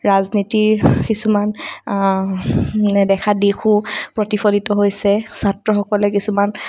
ৰাজনীতিৰ কিছুমান নেদেখা দিশো প্ৰতিফলিত হৈছে ছাত্ৰসকলে কিছুমান